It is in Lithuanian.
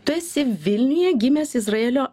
tu esi vilniuje gimęs izraelio